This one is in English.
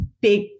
big